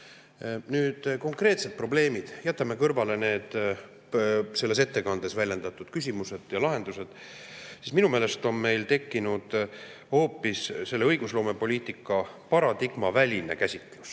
Nüüd konkreetsed probleemid. Kui jätame kõrvale selles ettekandes väljendatud küsimused ja lahendused, siis minu meelest on meil tekkinud hoopis selle õigusloomepoliitika paradigma väline käsitlus